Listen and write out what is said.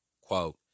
quote